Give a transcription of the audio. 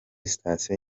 sitasiyo